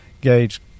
gauge